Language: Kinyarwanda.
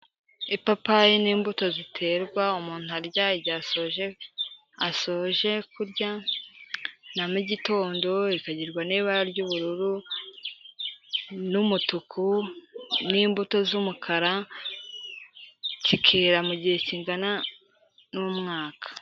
Ipapayi n'imbuto ziterwa umuntu arya igihe asoje kurya na mugitondo rikagirwa n'ibara ry'ubururu n'umutuku n'imbuto z'umukara cyikera mu gihe kingana n'umwaka.